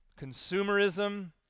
consumerism